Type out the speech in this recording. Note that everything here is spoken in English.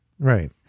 Right